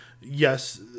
yes